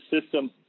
system